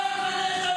את ונתניהו.